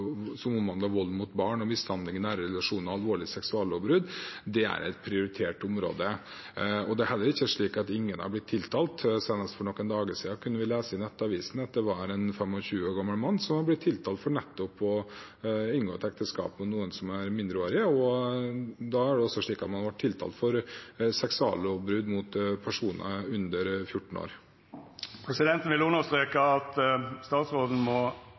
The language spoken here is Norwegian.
som omhandler «vold mot barn og mishandling i nære relasjoner» og «alvorlige seksuallovbrudd» – er et prioritert område. Det er heller ikke slik at ingen har blitt tiltalt. Senest for noen dager siden kunne vi lese i Nettavisen at en 25 år gammel mann var blitt tiltalt for nettopp å ha inngått ekteskap med en som er mindreårig. Da er det også slik at han ble tiltalt for seksuallovbrudd mot en person under 14 år. Presidenten vil streka under overfor statsråden